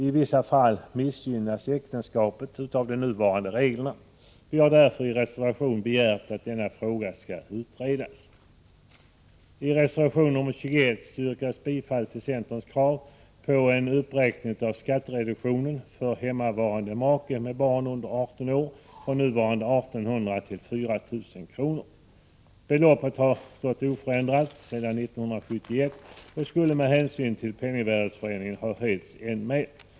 I vissa fall missgynnas äktenskapet av de nuvarande reglerna. Vi har därför i reservation 17 begärt att denna fråga skall utredas. I reservation 21 yrkas bifall till centerns krav på en uppräkning av skattereduktionen för hemmavarande make med barn under 18 år från nuvarande 1 800 till 4 000 kr. Beloppet har varit oförändrat sedan 1971 och skulle med hänsyn till penningvärdesförändringen ha höjts ännu mer.